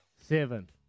seven